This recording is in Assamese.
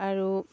আৰু